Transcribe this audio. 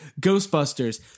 Ghostbusters